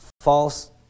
false